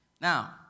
Now